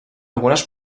algunes